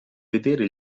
vedere